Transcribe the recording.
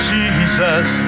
Jesus